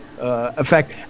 effect